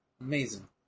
Amazing